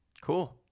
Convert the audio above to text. cool